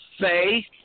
say